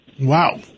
Wow